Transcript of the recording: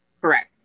Correct